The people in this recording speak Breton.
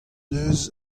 deus